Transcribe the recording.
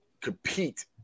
compete